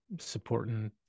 supporting